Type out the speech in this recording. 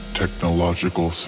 technological